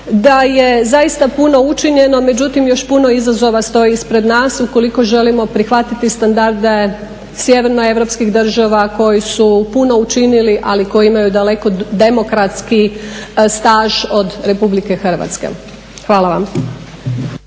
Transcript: da je zaista puno učinjeno, međutim još puno izazova stoji ispred nas ukoliko želimo prihvatiti standarde sjeverno europskih država koji su puno učinili ali koji imaju daleko demokratski staž od Republike Hrvatske. Hvala vam.